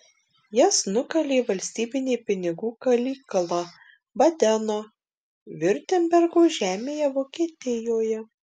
jas nukalė valstybinė pinigų kalykla badeno viurtembergo žemėje vokietijoje